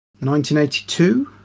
1982